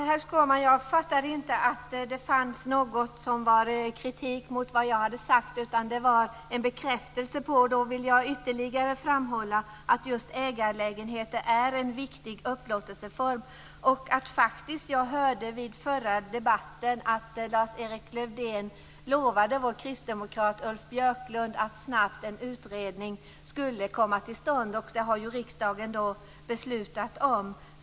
Fru talman! Jag uppfattade inte någon kritik mot det som jag hade sagt, utan detta var mera som en bekräftelse. Då vill jag ytterligare framhålla att just ägarlägenheter är en viktig upplåtelseform. Vid förra debatten hörde jag att Lars-Erik Lövdén lovade vår kristdemokrat Ulf Björklund att en utredning snabbt skulle komma till stånd, och det har ju riksdagen beslutat om.